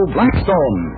Blackstone